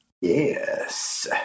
Yes